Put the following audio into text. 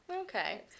Okay